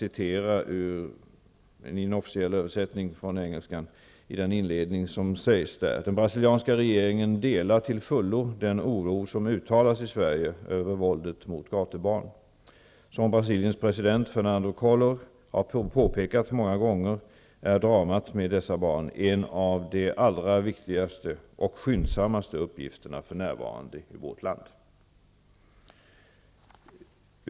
I inledningen sägs att den brasilianska regeringen till fullo delar den oro som uttalas i Sverige över våldet mot gatubarn. Som Brasiliens president Fernando Collor påpekat många gånger är dramat med dessa barn en av de allra viktigaste och skyndsammaste uppgifterna för närvarande i vårt land, sägs det vidare.